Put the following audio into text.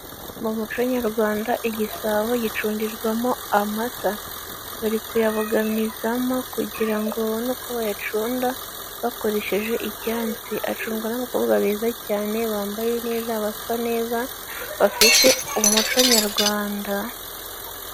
Mu muco nyarwanda igisabo gicundirwamo amata bari kuyabuganizamo kugira ngo babone uko bayacunda bakoresheje icyansi acundwa n'abakobwa beza cyane bambaye neza basa neza bafite umuco nyarwanda.